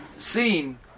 Seen